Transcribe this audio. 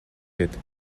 гээд